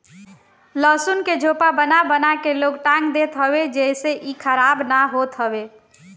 लहसुन के झोपा बना बना के लोग टांग देत हवे जेसे इ खराब ना होत हवे